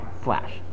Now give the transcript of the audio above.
Flash